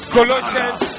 Colossians